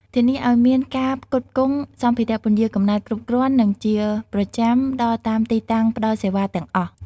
ធានាឱ្យមានការផ្គត់ផ្គង់សម្ភារៈពន្យារកំណើតគ្រប់គ្រាន់ និងជាប្រចាំដល់តាមទីតាំងផ្ដល់សេវាទាំងអស់ ។